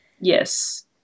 Yes